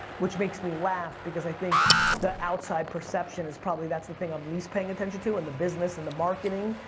which makes me laugh because i think the outside perception is probably, that's the thing i'm probably least paying attention to, and the business, and the marketing.